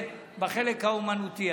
אבל זה בחלק האומנותי,